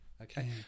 Okay